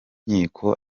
nkiko